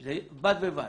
זה בד בבד.